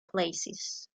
places